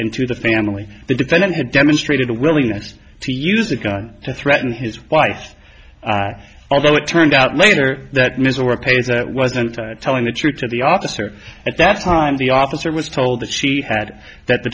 into the family the defendant had demonstrated a willingness to use a gun to threaten his wife although it turned out later that ms work pays that wasn't telling the truth to the officer and that's time the officer was told that she had that the